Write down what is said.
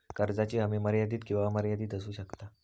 कर्जाची हमी मर्यादित किंवा अमर्यादित असू शकता